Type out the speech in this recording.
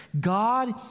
God